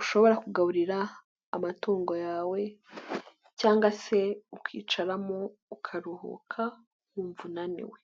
ushobora kugaburira amatungo yawe cyangwa se ukicaramo ukaruhuka wumva unaniwe.